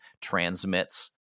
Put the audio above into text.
transmits